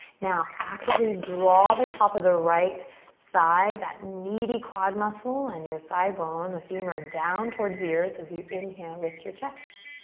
now actively draw the top of the right thigh, that meaty quad muscle, and your thigh bone, the femur, down towards the earth as you inhale, lift your chest.